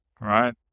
right